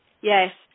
yes